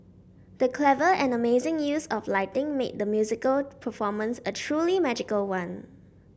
the clever and amazing use of lighting made the musical performance a truly magical one